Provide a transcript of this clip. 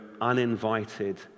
uninvited